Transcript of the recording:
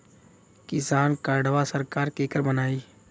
किसान कार्डवा सरकार केकर बनाई?